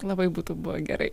labai būtų buvę gerai